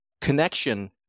connection